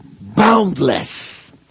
boundless